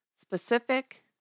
specific